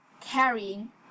carrying